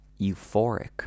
euphoric